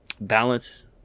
balance